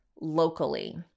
locally